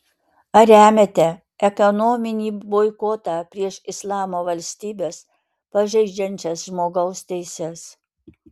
ar remiate ekonominį boikotą prieš islamo valstybes pažeidžiančias žmogaus teises